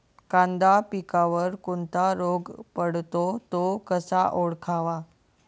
कांदा पिकावर कोणता रोग पडतो? तो कसा ओळखावा?